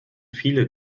viele